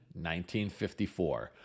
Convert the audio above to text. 1954